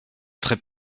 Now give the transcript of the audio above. très